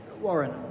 Warren